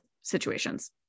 situations